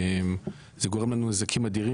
זה גורם לנו נזקים אדירים,